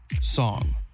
song